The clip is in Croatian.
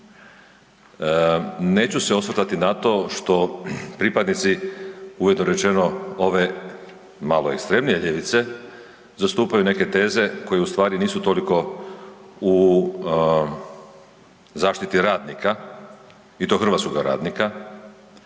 Neću se osvrtati na to što pripadnici ujedno rečeno ove malo ekstremnije ljevice zastupaju neke teze koje nisu toliko u zaštiti radnika i to hrvatskoga radnika